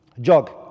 Jog